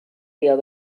dio